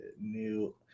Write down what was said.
new